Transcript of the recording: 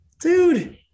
Dude